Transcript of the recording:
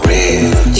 Real